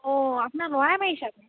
অঁ আপোনাৰ ল'ৰাই মাৰিছে